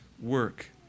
work